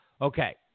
Okay